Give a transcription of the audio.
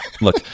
Look